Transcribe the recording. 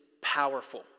powerful